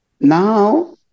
Now